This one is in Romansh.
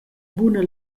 buna